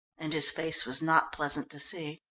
and his face was not pleasant to see.